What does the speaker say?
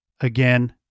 again